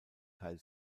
teil